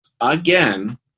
again